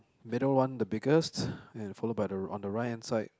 middle one the biggest and follow by the on the right hand side